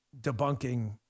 debunking